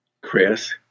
Chris